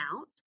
out